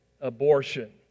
abortion